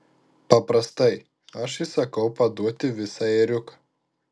paprastai aš įsakau paduoti visą ėriuką